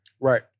Right